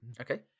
Okay